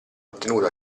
ottenuto